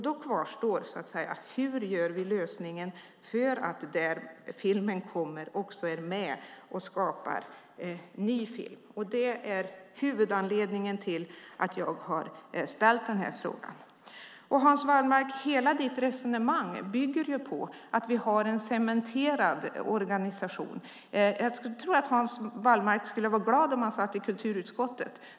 Då kvarstår: Hur gör vi lösningen för att mediet där filmen kommer också är med och skapar ny film? Det är huvudanledningen till att jag har ställt frågan. Hela ditt resonemang, Hans Wallmark, bygger på att vi har en cementerad organisation. Jag tror att Hans Wallmark skulle vara glad om han satt i kulturutskottet.